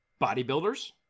bodybuilders